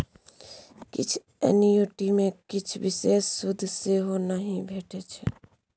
किछ एन्युटी मे किछ बिषेश सुद सेहो नहि भेटै छै